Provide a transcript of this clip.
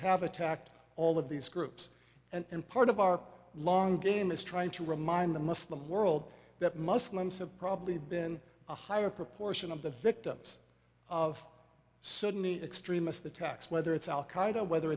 have attacked all of these groups and part of our long game is trying to remind the muslim world that muslims have probably been a higher proportion of the victims of suddenly extremist attacks whether it's al qaeda whether